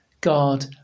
God